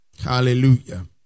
Hallelujah